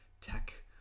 tech